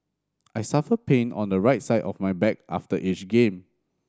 I suffer pain on the right side of my back after each game